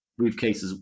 briefcases